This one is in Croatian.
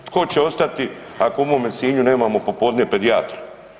Tko će ostati ako mome Sinju nemamo popodne pedijatra?